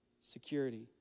Security